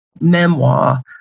memoir